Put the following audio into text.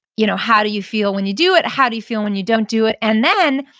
you know how do you feel when you do it? how do you feel when you don't do it? and then,